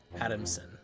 Adamson